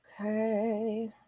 Okay